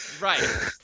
Right